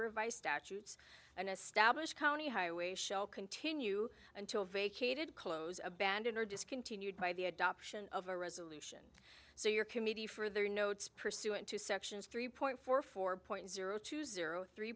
by statutes an established county highway shall continue until vacated clothes abandon or discontinued by the adoption of a resolution so your committee for their notes pursuant to sections three point four four point zero two zero three